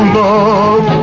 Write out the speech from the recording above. love